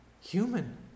human